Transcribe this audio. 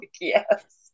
yes